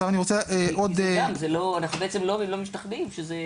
אנחנו בעצם לא משתכנעים שזה